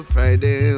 Friday